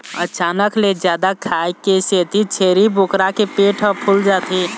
अचानक ले जादा खाए के सेती छेरी बोकरा के पेट ह फूल जाथे